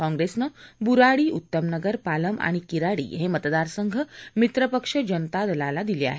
काँप्रेसनं बुराडी उत्तम नगर पालम आणि किराड़ी हे मतदारसंघ मित्रपक्ष जनता दलाला दिले आहेत